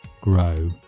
grow